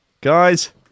guys